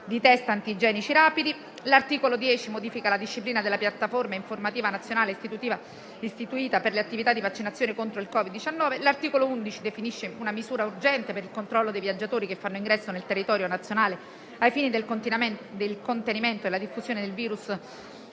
di *test* antigenici rapidi. L'articolo 10 modifica la disciplina della piattaforma informativa nazionale istituita per le attività di vaccinazione contro il Covid-19. L'articolo 11 definisce una misura urgente per il controllo dei viaggiatori che fanno ingresso nel territorio nazionale ai fini del contenimento della diffusione del virus